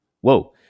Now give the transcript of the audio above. whoa